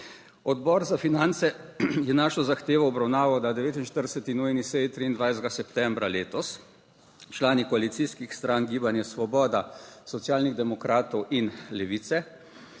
Odbor za finance je našo zahtevo obravnaval na 49. nujni seji 23. septembra letos. Člani koalicijskih strank, Gibanja Svoboda, Socialnih demokratov in Levice